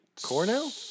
Cornell